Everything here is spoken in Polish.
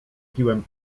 piłem